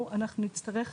שקיבלנו.